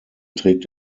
trägt